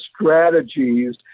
strategies